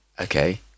Okay